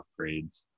upgrades